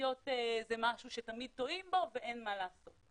תחזיות זה משהו שתמיד טועים בו ואין מה לעשות,